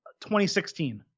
2016